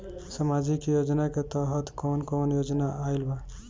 सामाजिक योजना के तहत कवन कवन योजना आइल बा?